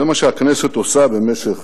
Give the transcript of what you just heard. זה מה שהכנסת עושה במשך